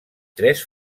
tres